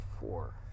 four